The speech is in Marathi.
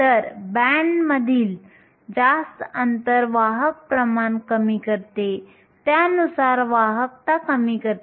तर बँडमधील जास्त अंतर वाहक प्रमाण कमी करते त्यानुसार वाहकता कमी करते